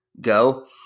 go